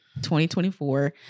2024